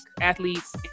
athletes